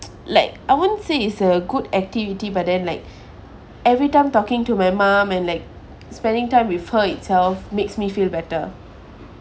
like I won't say it's a good activity but then like every time talking to my mom and like spending time with her itself makes me feel better